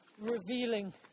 revealing